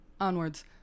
onwards